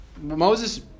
Moses